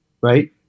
right